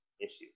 issues